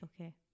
Okay